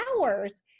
hours